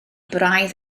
braidd